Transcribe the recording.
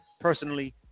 personally